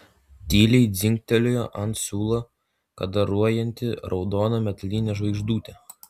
tyliai dzingtelėjo ant siūlo kadaruojanti raudona metalinė žvaigždutė